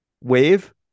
wave